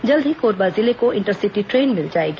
जल्द ही कोरबा जिले को इंटरसिटी ट्रेन मिल जाएगी